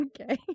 Okay